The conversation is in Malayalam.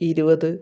ഇരുപത്